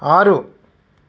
ಆರು